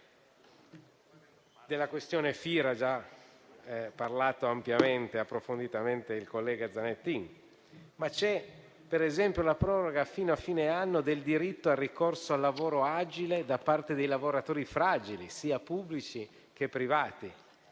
Della questione FIR ha già parlato ampiamente e approfonditamente il collega Zanettin, ma c'è per esempio anche la proroga fino a fine anno del diritto al ricorso al lavoro agile da parte dei lavoratori fragili, sia pubblici che privati,